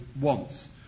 wants